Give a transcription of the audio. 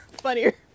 funnier